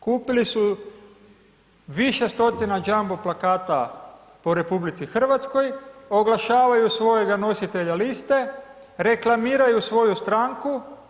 Kupili su više stotina jumbo plakata po RH, oglašavaju svojega nositelja liste, reklamiraju svoju stranku.